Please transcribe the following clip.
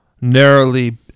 narrowly